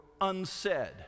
unsaid